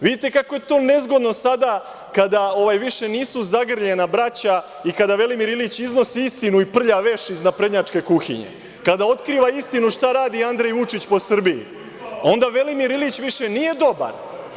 Vidite kako je to nezgodno sada kada više nisu zagrljena braća i kada Velimir Ilić iznosi istinu i prljav veš iz naprednjačke kuhinje, kada otkriva istinu šta radi Andrej Vučić po Srbiji, onda Velimir Ilić više nije dobar.